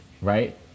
right